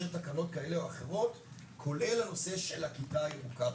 תקנות כאלה או אחרות כולל הנושא של הכיתה הירוקה.